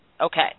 Okay